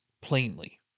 plainly